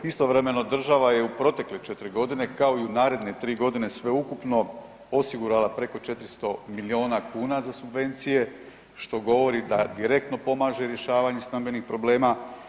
Istovremeno država je u protekle 4.g. kao i u naredne 3.g. sveukupno osigurala preko 400 milijuna kuna za subvencije što govori da direktno pomaže rješavanju stambenih problema.